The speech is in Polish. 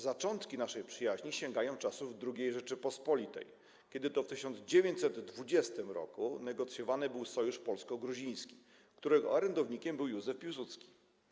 Zaczątki naszej przyjaźni sięgają czasów II Rzeczypospolitej, kiedy to w 1920 r. negocjowany był sojusz polsko-gruziński, którego orędownikiem był Józef Piłsudski.